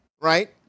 right